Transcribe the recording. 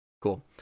Cool